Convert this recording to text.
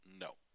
No